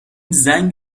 زنگ